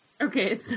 Okay